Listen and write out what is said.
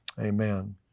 amen